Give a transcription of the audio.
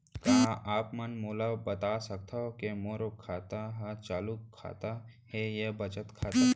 का आप मन मोला बता सकथव के मोर खाता ह चालू खाता ये के बचत खाता?